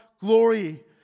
glory